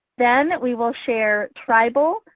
then we will share tribal,